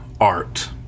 art